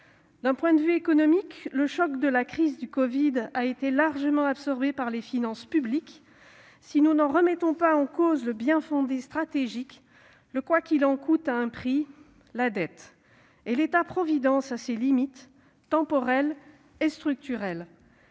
D'un point de vue économique, le choc de la crise du covid-19 a été largement absorbé par les finances publiques. Si nous n'en remettons pas en cause le bien-fondé stratégique, le « quoi qu'il en coûte » a un prix : la dette. Et l'État providence a ses limites, temporelles et structurelles.